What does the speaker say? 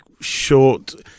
short